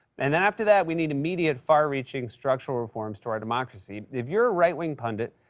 and then, after that, we need immediate far-reaching structural reforms to our democracy. if you're a right-wing pundit,